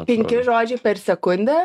penki žodžiai per sekundę